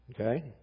Okay